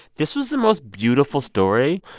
this was the most beautiful story.